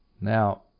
Now